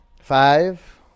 Five